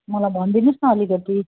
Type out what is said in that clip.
मलाई भनिदिनु होस् न अलिकति